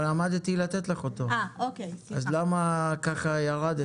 הרי עמדתי לתת לך אותו, אז למה ככה ירדת עלי.